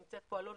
נמצאת פה אלונה,